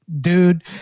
dude